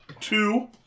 two